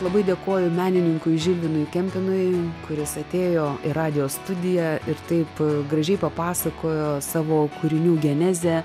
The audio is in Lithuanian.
labai dėkoju menininkui žilvinui kempinui kuris atėjo į radijo studiją ir taip gražiai papasakojo savo kūrinių genezę